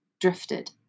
drifted